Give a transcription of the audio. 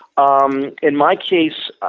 um in my case,